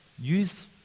Use